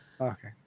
Okay